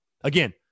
Again